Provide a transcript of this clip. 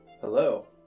Hello